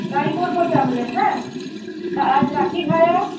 তাই করব তাহলে হ্যাঁ আজ রাখি ভায়া